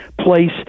place